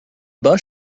bus